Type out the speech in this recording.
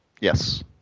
Yes